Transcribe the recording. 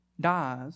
dies